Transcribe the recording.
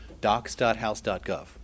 docs.house.gov